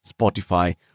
spotify